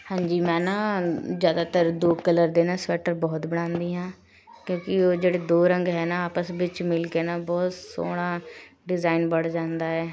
ਹਾਂਜੀ ਮੈਂ ਨਾ ਜ਼ਿਆਦਾਤਰ ਦੋ ਕਲਰ ਦੇ ਨਾ ਸਵੈਟਰ ਬਹੁਤ ਬਣਾਉਂਦੀ ਹਾਂ ਕਿਉਂਕਿ ਉਹ ਜਿਹੜੇ ਦੋ ਰੰਗ ਹੈ ਨਾ ਆਪਸ ਵਿੱਚ ਮਿਲਕੇ ਨਾ ਬਹੁਤ ਸੋਹਣਾ ਡਿਜ਼ਾਈਨ ਬਣ ਜਾਂਦਾ ਹੈ